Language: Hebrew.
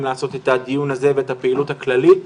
לעשות את הדיון הזה ואת הפעילות הכללית,